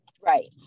right